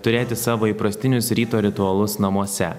turėti savo įprastinius ryto ritualus namuose